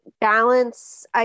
balance